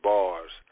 Bars